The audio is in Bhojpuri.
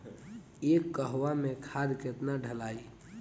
एक कहवा मे खाद केतना ढालाई?